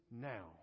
now